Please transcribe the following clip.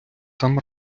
там